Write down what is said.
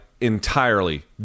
entirely